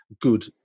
good